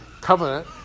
covenant